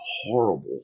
horrible